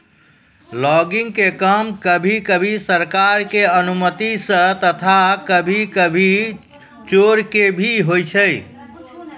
logging के काम कभी कभी सरकार के अनुमती सॅ तथा कभी कभी चोरकी भी होय छै